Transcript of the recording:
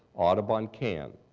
audubon can.